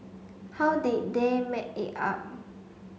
how did they make it up